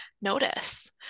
notice